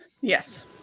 Yes